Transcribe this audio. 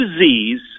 disease